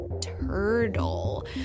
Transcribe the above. turtle